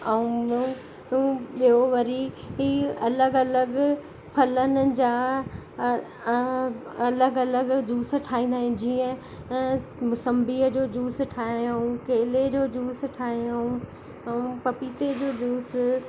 ऐं ॿियो ॿियो वरी अलॻि अलॻि फलनि जा अलॻि अलॻि जूस ठाहींदा आहियूं जीअं मुसम्मी जो जूस ठाहियूं केले जो जूस ठाहियूं ऐं पपीते जो जूस